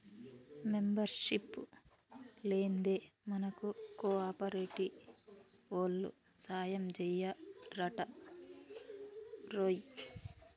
membership లేందే మనకు కోఆపరేటివోల్లు సాయంజెయ్యరటరోయ్